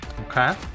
Okay